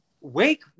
Wake